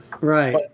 Right